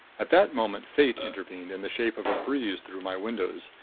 at that moment fate intervened in the shape of a breeze through my windows,